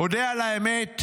אודה על האמת,